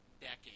decade